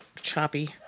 choppy